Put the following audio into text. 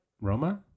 Roma